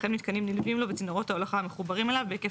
וכן מיתקנים נלווים לו וצינורות ההולכה המחוברים אליו בהיקף